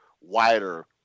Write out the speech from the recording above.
wider